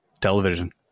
television